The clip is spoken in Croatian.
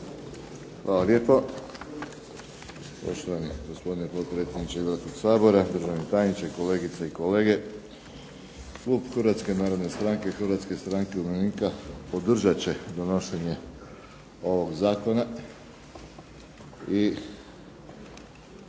Hvala lijepo poštovani gospodine potpredsjedniče Hrvatskog sabora, državni tajniče, kolegice i kolege. Klub Hrvatske narodne stranke, Hrvatske stranke umirovljenika podržat će donošenje ovog Zakona i